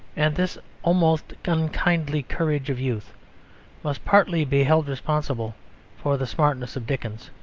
and this almost unkindly courage of youth must partly be held responsible for the smartness of dickens,